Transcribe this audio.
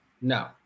no